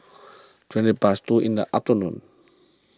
twenty past two in the afternoon